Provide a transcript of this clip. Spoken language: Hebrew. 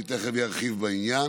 תכף ארחיב בעניין.